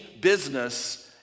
business